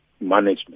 management